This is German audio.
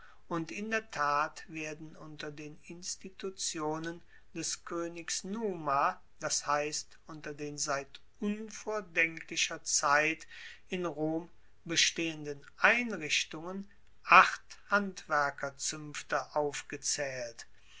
und in der tat werden unter den institutionen des koenigs numa das heisst unter den seit unvordenklicher zeit in rom bestehenden einrichtungen acht handwerkerzuenfte aufgezaehlt